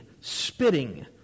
spitting